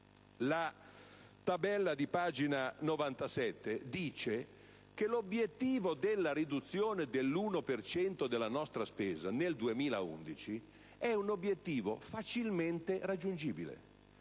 la tabella di pagina 97 dice che l'obiettivo della riduzione dell'1 per cento della nostra spesa nel 2011 è facilmente raggiungibile.